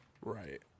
Right